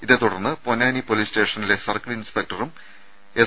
ഇതേത്തുടർന്ന് പൊന്നാനി പൊലീസ് സ്റ്റേഷനിലെ സർക്കിൾ ഇൻസ്പെക്ടറും എസ്